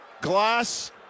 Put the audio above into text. glass